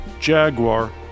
Jaguar